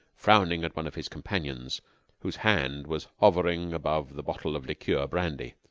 frowning at one of his companions whose hand was hovering above the bottle of liqueur brandy,